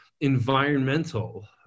environmental